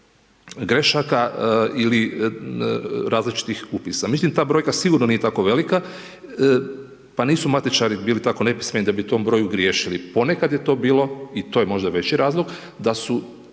grešaka ili različitih upisa. Mislim ta brojka nije sigurno tako velika, pa nisu matičari bili tako nepismeni da bi u tom broju griješili. Ponekad je to bilo i to je možda veći razlog da su